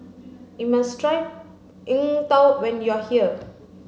you must try Png Tao when you are here